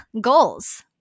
goals